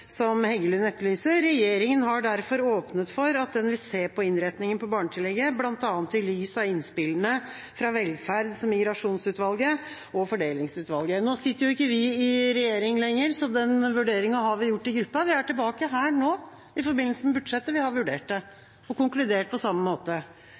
som Heggelund etterlyser: «Regjeringen har derfor åpnet for at den vil se på innretningen på barnetillegget, blant annet i lys av innspillene fra Velferds- og migrasjonsutvalget og Fordelingsutvalget.» Nå sitter jo ikke vi i regjering lenger, så den vurderinga har vi gjort i gruppa. Vi er tilbake her nå i forbindelse med budsjettet, vi har vurdert